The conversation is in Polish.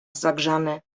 zagrzany